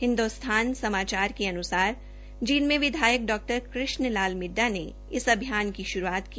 हिन्दोस्तान समाचार के अन्सार जींद के विधायक डॉ कृष्ण लाल मिड्डा ने इस अभियान की श्रूआत की